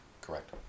Correct